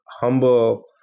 humble